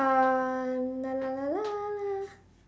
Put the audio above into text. uh la la la la